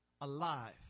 alive